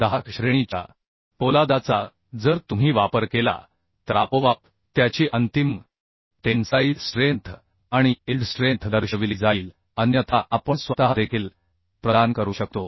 410 श्रेणीच्या पोलादाचा जर तुम्ही वापर केला तर आपोआप त्याची अंतिम टेन्साईल स्ट्रेंथ आणि इल्ड स्ट्रेंथ दर्शविली जाईल अन्यथा आपण स्वतःदेखील प्रदान करू शकतो